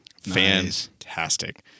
fantastic